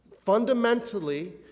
fundamentally